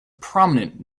prominent